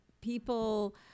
people